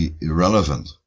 irrelevant